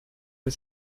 wir